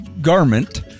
Garment